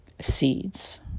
seeds